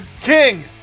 King